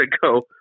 go